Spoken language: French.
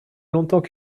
longtemps